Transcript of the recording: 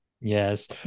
Yes